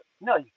no